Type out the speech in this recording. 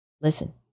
Listen